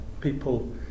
people